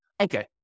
Okay